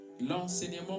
L'enseignement